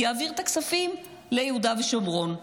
יעביר את הכספים ליהודה ושומרון.